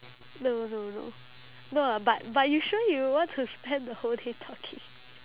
no no no no lah but but you sure you want to spend the whole day talking